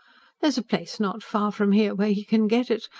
there's a place not far from here where he can get it.